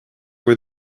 were